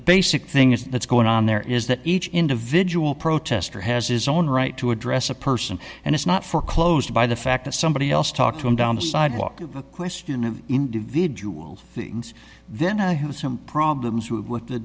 basic thing is that's going on there is that each individual protester has his own right to address a person and it's not foreclosed by the fact that somebody else talked to him down the sidewalk of a question of individuals things then i have some problems with what the